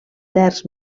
terç